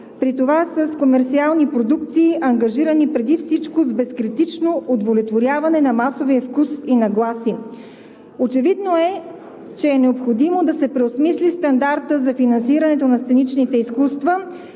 при това с комерсиални продукции, ангажирани преди всичко с безкритичното удовлетворяване на масовия вкус и нагласи. Очевидно е, че е необходимо да се преосмисли стандартът за финансирането на сценичните изкуства,